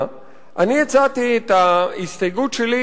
אני הצעתי את ההסתייגות שלי,